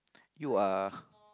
you are